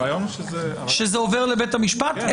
הרעיון הוא שזה עובר לבית המשפט.